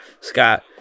Scott